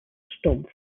stumpf